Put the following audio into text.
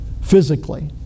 physically